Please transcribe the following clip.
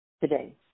today